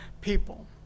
people